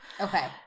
okay